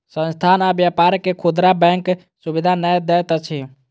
संस्थान आ व्यापार के खुदरा बैंक सुविधा नै दैत अछि